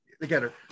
together